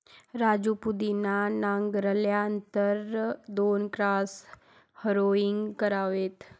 राजू पुदिना नांगरल्यानंतर दोन क्रॉस हॅरोइंग करावेत